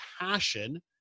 passion